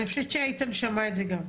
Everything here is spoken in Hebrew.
אני חושבת שאיתן שמע את זה גם.